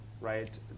right